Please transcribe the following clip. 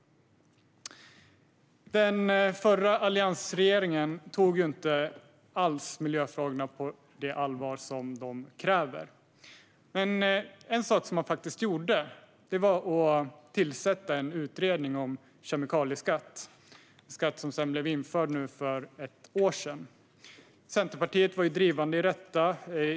Den förra alliansregeringen tog inte alls miljöfrågorna på det allvar som de kräver. En sak som man faktiskt gjorde var dock att tillsätta en utredning om kemikalieskatt, en skatt som sedan infördes för ett år sedan. Centerpartiet var drivande i detta.